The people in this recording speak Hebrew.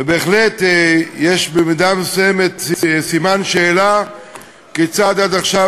ובהחלט יש במידה מסוימת סימן שאלה כיצד עד עכשיו